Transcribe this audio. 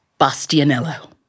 Bastianello